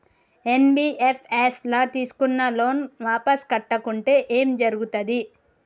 NBFS ల తీస్కున్న loan వాపస్ కట్టకుంటే ఏం జర్గుతది?